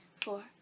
four